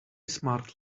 smart